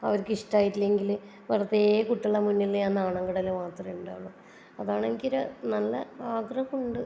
അവർക്ക് ഇഷ്ടമയിട്ടില്ലെങ്കിൽ വെറുതെ കുട്ടികളുടെ മുന്നിൽ ഞാൻ നാണം കെടൽ മാത്രമെ ഉണ്ടാവുള്ളൂ അതാണെങ്കിൽ നല്ല ആഗ്രഹമുണ്ട്